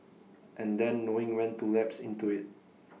and then knowing when to lapse into IT